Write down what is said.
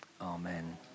Amen